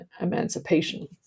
emancipation